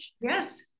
Yes